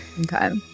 Okay